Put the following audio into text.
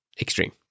Extreme